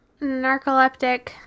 narcoleptic